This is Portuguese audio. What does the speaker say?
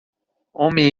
homem